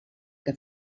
que